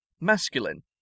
masculine